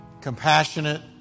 compassionate